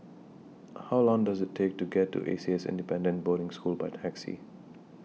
How Long Does IT Take to get to A C S Independent Boarding School By Taxi